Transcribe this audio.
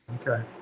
Okay